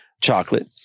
chocolate